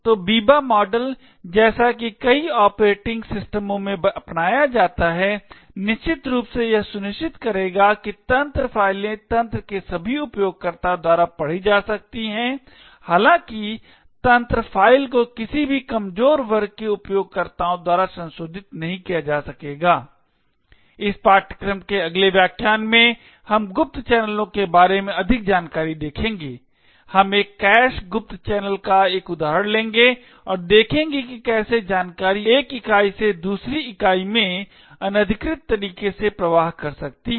तो Biba model जैसा कि कई ऑपरेटिंग सिस्टमों में अपनाया जाता है निश्चित रूप से यह सुनिश्चित करेगा कि तंत्र फाइलें तंत्र के सभी उपयोगकर्ताओं द्वारा पढ़ी जा सकती हैं हालांकि तंत्र फाइल को किसी भी कमजोर वर्ग के उपयोगकर्ताओं द्वारा संशोधित नहीं किया जा सकेगा इस पाठ्यक्रम के अगले व्याख्यान में हम गुप्त चैनलों के बारे में अधिक जानकारी देखेंगे हम एक कैश गुप्त चैनल का एक उदाहरण लेंगे और देखेंगे कि कैसे जानकारी एक इकाई से दूसरी इकाई में अनधिकृत तरीके से प्रवाह कर सकती है